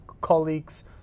colleagues